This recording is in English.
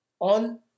on